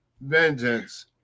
vengeance